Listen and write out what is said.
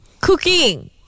Cooking